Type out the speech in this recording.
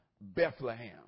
Bethlehem